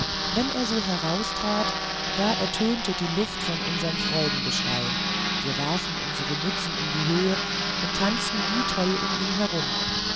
wenn er so heraustrat da ertönte die luft von unserem freudengeschrei wir warfen unsere mützen in die höhe und tanzten wie toll um ihn her